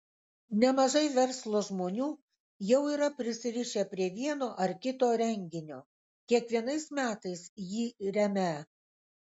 nemažai verslo žmonių jau yra prisirišę prie vieno ar kito renginio kiekvienais metais jį remią